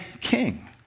king